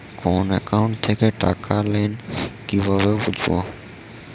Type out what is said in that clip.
কোন একাউন্ট থেকে টাকা এল কিভাবে বুঝব?